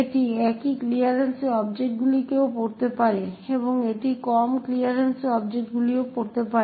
এটি একই ক্লিয়ারেন্সে অবজেক্টগুলিকেও পড়তে পারে এবং এটি কম ক্লিয়ারেন্সে অবজেক্টগুলিতেও পড়তে পারে